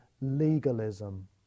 legalism